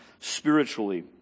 spiritually